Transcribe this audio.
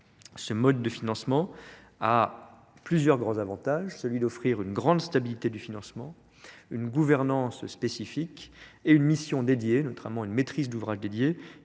ce mode de financement a plusieurs grands avantages celui d'offrir une grande stabilité du financement une gouvernance spécifique et une mission dédiée notamment une maîtrise d'ouvrage dédié